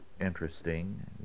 interesting